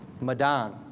madan